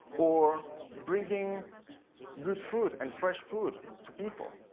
or bringing good food and fresh food to people